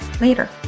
later